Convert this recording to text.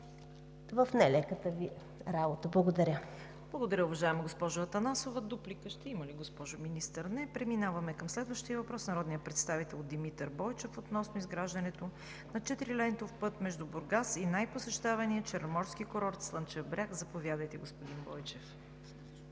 ПРЕДСЕДАТЕЛ ЦВЕТА КАРАЯНЧЕВА: Благодаря, уважаема госпожо Атанасова. Дуплика ще има ли, госпожо Министър? Не. Преминаваме към следващия въпрос от народния представител Димитър Бойчев относно изграждането на четирилентов път между Бургас и най-посещавания черноморски курорт Слънчев бряг. Заповядайте, господин Бойчев.